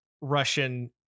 Russian